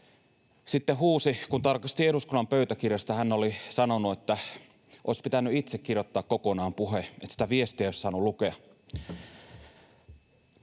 sitten huusi — tarkastin eduskunnan pöytäkirjasta, mitä hän oli sanonut — että olisi pitänyt itse kirjoittaa kokonaan puhe, että sitä viestiä ei olisi saanut lukea.